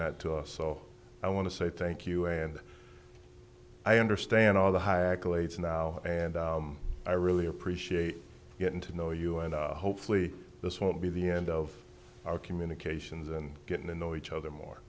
that to us so i want to say thank you and i understand all the high accolades now and i really appreciate getting to know you and hopefully this will be the end of our communications and getting to know each other more